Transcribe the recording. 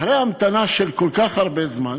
אחרי המתנה של כל כך הרבה זמן,